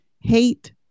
hate